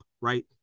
right